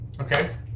Okay